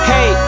Hey